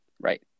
Right